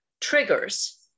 triggers